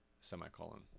semicolon